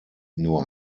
nur